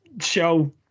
show